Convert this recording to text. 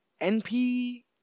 NP